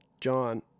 John